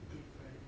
different